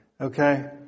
Okay